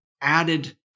added